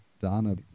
Donna